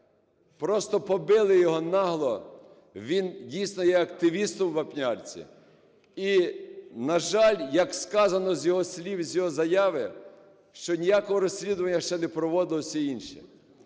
просто побили його нахабно. Він дійсно є активістом у Вапнярці. І, на жаль, як сказано з його слів, з його заяви, що ніякого розслідування ще не проводилось.